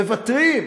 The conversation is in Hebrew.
מוותרים,